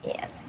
Yes